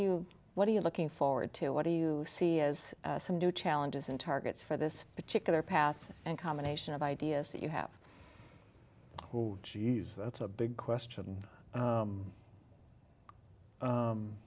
you what are you looking forward to what do you see as some new challenges in targets for this particular path and combination of ideas that you have who she's that's a big question